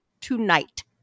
tonight